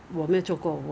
after chinese new year